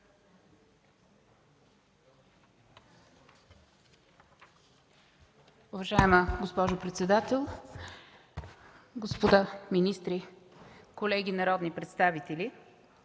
Уважаема госпожо председател, господа министри, колеги народни представители!